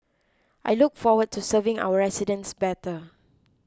I look forward to serving our residents better